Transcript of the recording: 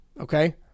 Okay